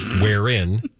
wherein